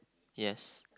yes